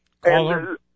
Caller